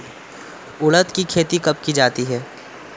उड़द की खेती कब की जाती है?